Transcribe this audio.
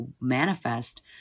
manifest